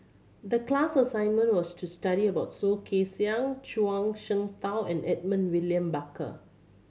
the class assignment was to study about Soh Kay Siang Zhuang Shengtao and Edmund William Barker